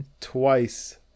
twice